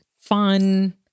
fun